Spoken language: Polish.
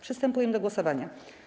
Przystępujemy do głosowania.